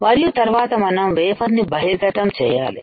మరియు తరువాత మనం వేఫర్ ని బహిర్గతంచేయాలి